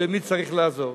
למי צריך לעזור.